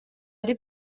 ari